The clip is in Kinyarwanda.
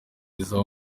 rizaba